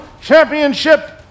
Championship